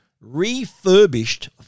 refurbished